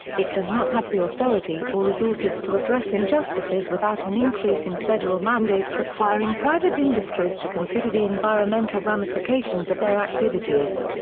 it does not have the authority or resources to address injustices without an increase in federal mandates requiring private industries to consider the environmental ramifications of their activities.